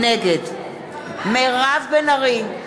נגד מירב בן ארי,